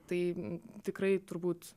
tai tikrai turbūt